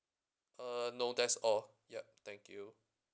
uh no that's all yup thank you